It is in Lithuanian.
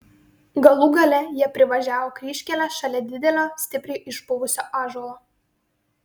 galų gale jie privažiavo kryžkelę šalia didelio stipriai išpuvusio ąžuolo